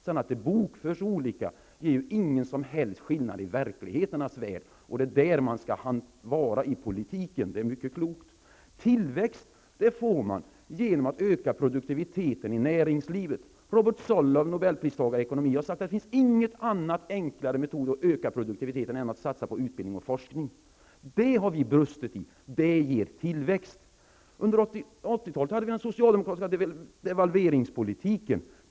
Att det sedan bokförs olika gör ingen som helst skillnad i verklighetens värld, och det är där som man skall vara i politiken. Det är mycket klokt. Tillväxt får man genom att öka produktiviteten i näringslivet. Robert Sollow, nobelpristagare i ekonomi, har sagt att det inte finns någon annan enklare metod att öka produktiviteten än att satsa på utbildning och forskning. Det ger nämligen tillväxt. I detta sammanhang har vi brustit. Under 80-talet hade vi den socialdemokratiska devalveringspolitiken.